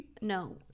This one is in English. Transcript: No